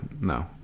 no